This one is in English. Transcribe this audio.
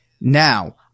Now